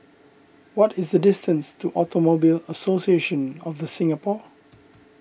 what is the distance to Automobile Association of the Singapore